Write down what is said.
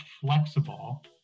flexible